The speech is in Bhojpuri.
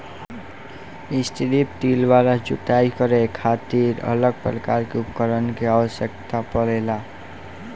स्ट्रिप टिल वाला जोताई करे खातिर अलग प्रकार के उपकरण के आवस्यकता पड़ेला